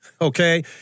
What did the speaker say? okay